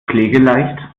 pflegeleicht